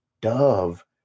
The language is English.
dove